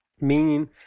Meaning